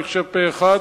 אני חושב שפה-אחד,